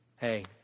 hey